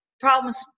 problems